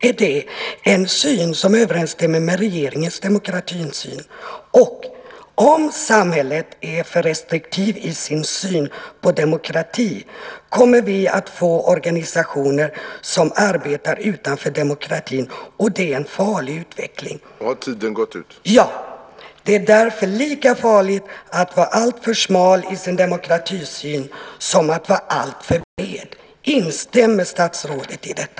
Är det en syn som överensstämmer med regeringens demokratisyn? Dessutom säger Per Nilsson: "Om samhället är för restriktivt i sin syn på demokrati kommer vi att få organisationer som arbetar utanför demokratin och det är en farlig utveckling. Det är därför lika farligt att vara alltför smal i sin demokratisyn som att vara alltför bred." Instämmer statsrådet i detta?